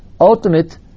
ultimate